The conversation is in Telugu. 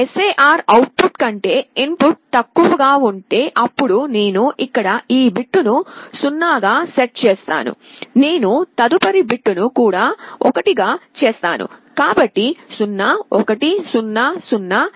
SAR అవుట్ పుట్ కంటే ఇన్ పుట్ తక్కువగా ఉంటే అప్పుడు నేను ఇక్కడ ఈ బిట్ను 0 గా సెట్ చేస్తాను నేను తదుపరి బిట్ను కూడా 1 గా చేస్తాను కాబట్టి 0 1 0 0